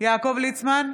יעקב ליצמן,